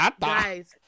guys